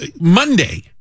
Monday